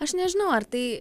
aš nežinau ar tai